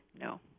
No